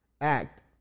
act